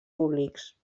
públics